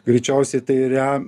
greičiausiai tai yra